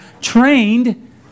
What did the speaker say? trained